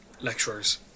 lecturers